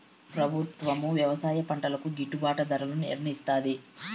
ప్రభుత్వం వ్యవసాయ పంటలకు గిట్టుభాటు ధరలను నిర్ణయిస్తాది